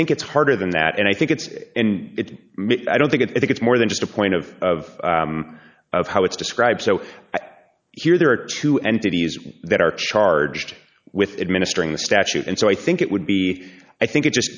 think it's harder than that and i think it's i don't think it's more than just a point of of of how it's described so here there are two entities that are charged with administering the statute and so i think it would be i think it just